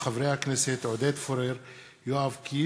תודה.